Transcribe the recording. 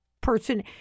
person